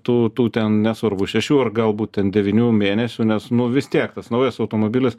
tų tų ten nesvarbu šešių ar galbūt ten devynių mėnesių nes nu vis tiek tas naujas automobilis